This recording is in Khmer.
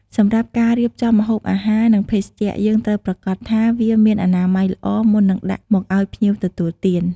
សម្រាប់ការររៀបចំម្ហូបអាហារ និងភេសជ្ជៈយើងត្រូវប្រាកដថាវាមានអនាម័យល្អមុននឹងដាក់មកអោយភ្ញៀវទទួលទាន។